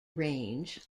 range